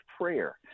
prayer